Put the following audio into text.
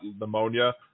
pneumonia